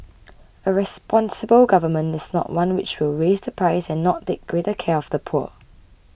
a responsible government is not one which will raise the price and not take greater care of the poor